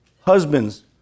husbands